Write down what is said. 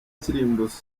kirimbuzi